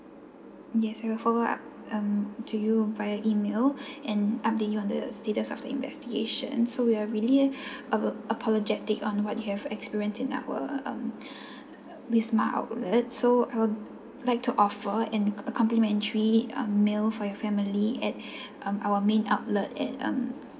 yes we'll follow up um to you by email and update you on the status of the investigation so we are really apo~ apologetic on what you have experienced in our um wisma outlet so I would like to offer and complimentary a meal for your family at um our main outlet at um